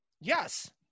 Yes